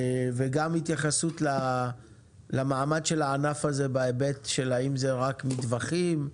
וגם התייחסות למעמד של הענף הזה בהיבט של האם זה רק מטווחים,